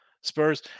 Spurs